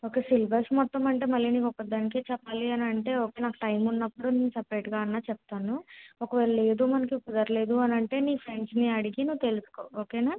okay syllabus మొత్తం అంటే మళ్ళీ నీ ఒక దానికిచెప్పాలి అని అంటే ఓకే నాకు టైం ఉన్నపుడు సెపెరేట్గా అన్న చెప్తాను ఒకవేళ లేదు మనకు కుదరలేదు అని అంటే నీ ఫ్రెండ్స్ని అడిగి నువ్వు తెలుసుకో ఓకేనా